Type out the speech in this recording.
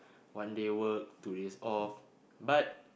one day work two days off but